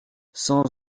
cent